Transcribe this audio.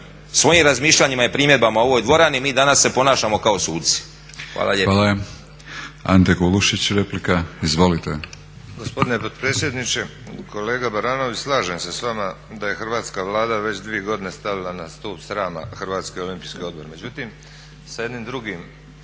svojim razmišljanjima i primjedbama u ovoj dvorani mi danas se ponašamo kao suci. Hvala lijepa. **Batinić, Milorad (HNS)** Hvala. Ante Kulušić, replika. Izvolite. **Kulušić, Ante (HDZ)** Gospodine potpredsjedniče, kolega Baranović, slažem se s vama da je hrvatska Vlada već 2 godine stavila na stup srama Hrvatski olimpijski odbor. Međutim, sa jednim drugim